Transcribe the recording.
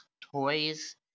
toys